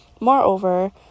Moreover